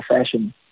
fashion